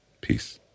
Peace